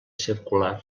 circular